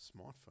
smartphone